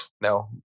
No